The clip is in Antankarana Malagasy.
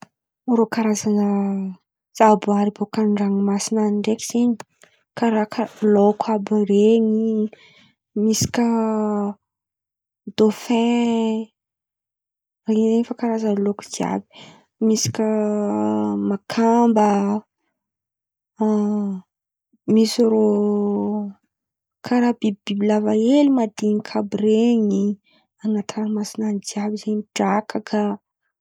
Rô Karazan̈a zavaboary bôka andranomasy ndraiky zen̈y: karà lôko àby ren̈y misy kà dôfin ren̈y efa karàn̈y lôko jiàby, misy kà makàmba, misy rô karà bibibibilava hely madiniky àby ren̈y an̈aty ranomasina an̈y jiàby zen̈y, drakaka.